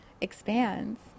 expands